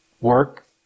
work